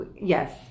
Yes